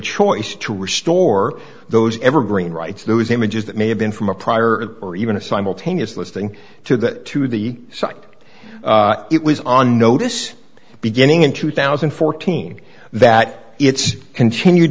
choice to restore those evergreen rights those images that may have been from a prior or even a simultaneous listing to that to the site it was on notice beginning in two thousand and fourteen that it's continued